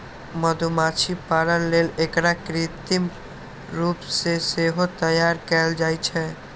मधुमाछी पालन लेल एकरा कृत्रिम रूप सं सेहो तैयार कैल जाइ छै